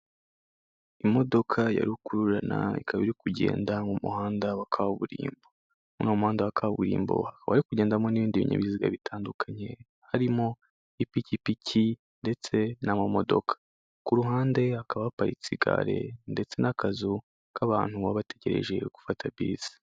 Imodoka ya rukururana ikaba iri kugenda mu muhanda wa kaburimbo. Muri uwo muhanda wa kaburimbo hakaba hari kugendamo n'ibindi binyabiziga bitandukanye, harimo ipikipiki ndetse n'amamodoka, ku ruhande hakaba haparitse igare ndetse n'akazu k'abantu baba bategereje gufata bisi.